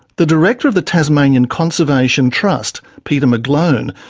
the director of the tasmanian conservation trust, peter mcglone,